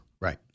right